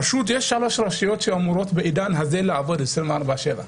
יש רשויות שאמורות בעידן הזה לעבוד 24/7,